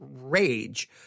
rage